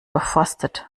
durchforstet